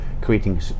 creating